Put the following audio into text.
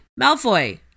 Malfoy